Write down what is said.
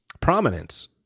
prominence